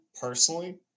personally